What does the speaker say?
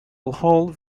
hall